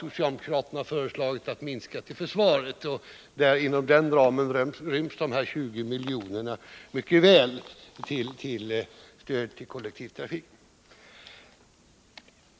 Socialdemokraterna har föreslagit en minskning av försvarsanslaget på driftbudgeten med över 400 milj.kr., och inom denna ram ryms de här två miljonerna till kollektivtrafiken mycket väl.